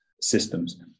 systems